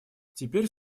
теперь